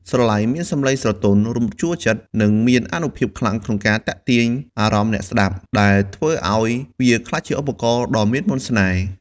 ស្រឡៃមានសំឡេងស្រទន់ រំជួលចិត្ត និងមានអានុភាពខ្លាំងក្នុងការទាក់ទាញអារម្មណ៍អ្នកស្តាប់ ដែលធ្វើឱ្យវាក្លាយជាឧបករណ៍ដ៏មានមន្តស្នេហ៍។